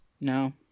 No